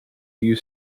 you